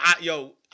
yo